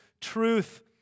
truth